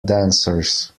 dancers